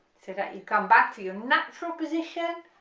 so that you come back to your natural position,